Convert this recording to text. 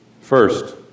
First